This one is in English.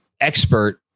expert